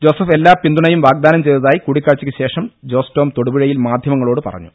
Joseph എല്ലാ പിന്തുണയും വാഗ്ദാനം ചെയ്തതായി കൂടിക്കാഴ്ചയ്ക്കു ശേഷം ജോസ്ടോം തൊടുപുഴയിൽ മാധ്യമങ്ങളോട് പറഞ്ഞു